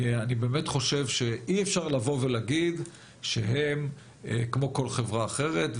כי אני באמת חושב שאי אפשר לבוא ולהגיד שהם כמו כל חברה אחרת,